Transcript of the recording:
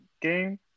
game